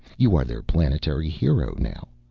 you are their planetary hero now.